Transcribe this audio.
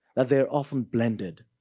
that they're often blended.